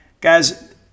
Guys